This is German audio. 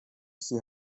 sie